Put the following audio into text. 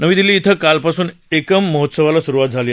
नवी दिल्ली इथं कालपासून एकम महोत्सवाला सुरुवात झाली